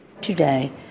Today